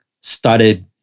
Started